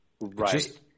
right